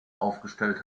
aufgestellt